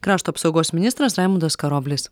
krašto apsaugos ministras raimundas karoblis